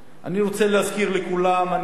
אני רוצה להזכיר לכולם, אני,